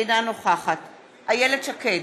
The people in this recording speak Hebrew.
אינה נוכחת איילת שקד,